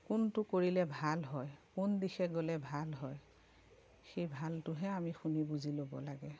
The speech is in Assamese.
কোনটো কৰিলে ভাল হয় কোন দিশে গ'লে ভাল হয় সেই ভালটোহে আমি শুনি বুজি ল'ব লাগে